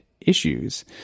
issues